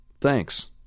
Thanks